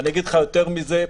יותר מזה,